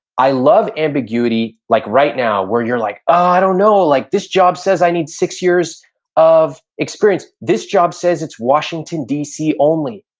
i love ambiguity like right now where you're like, oh, i don't know. like this job says i need six years of experience. this job says it's washington, dc only.